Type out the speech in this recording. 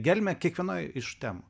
gelmę kiekvienoj iš temų